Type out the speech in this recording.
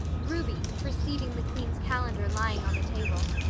ruby, perceiving the queen's calendar lying on the table,